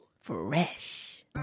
fresh